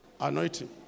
Anointing